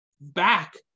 back